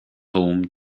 home